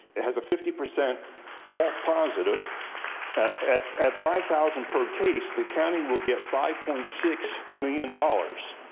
it has a fifty percent false positive at at five thousand per case, the county will get five point six million dollars.